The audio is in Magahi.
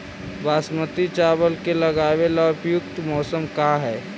बासमती चावल के लगावे ला उपयुक्त मौसम का है?